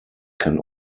can